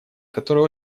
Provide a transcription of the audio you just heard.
которые